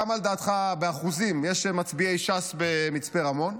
כמה לדעתך באחוזים יש מצביעי ש"ס במצפה רמון?